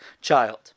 child